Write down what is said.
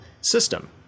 system